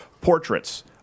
portraits